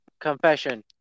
Confession